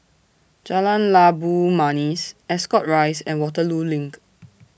Jalan Labu Manis Ascot Rise and Waterloo LINK